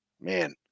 man